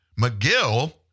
McGill